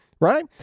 right